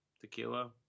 tequila